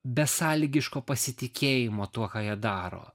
besąlygiško pasitikėjimo tuo ką jie daro